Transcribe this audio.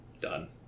done